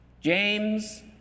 James